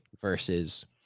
versus